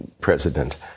president